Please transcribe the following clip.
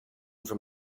from